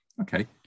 Okay